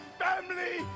family